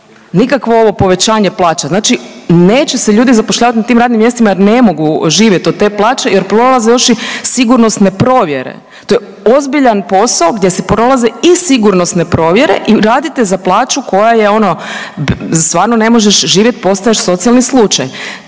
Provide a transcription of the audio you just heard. nikakvo ovo povećanje plaća. Znači neće se ljudi zapošljavati na tim radnim mjestima jer ne mogu živjet od te plaće jer prolaze još i sigurnosne provjere to je ozbiljan posao gdje se prolaze i sigurnosne provjere i radite za plaću koja je ono stvarno ne možeš živjeti, postaješ socijalni slučaj.